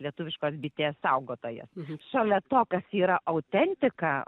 lietuviškos bitės saugotojas šalia to kas yra autentika